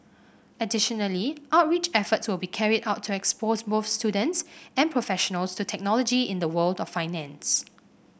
additionally outreach efforts will be carried out to expose both students and professionals to technology in the world of finance